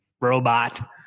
robot